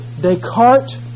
Descartes